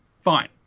fine